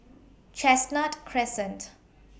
Chestnut Crescent